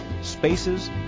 spaces